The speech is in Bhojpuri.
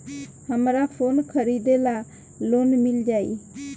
हमरा फोन खरीदे ला लोन मिल जायी?